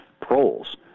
proles